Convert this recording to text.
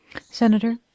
Senator